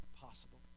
possible